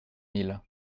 mille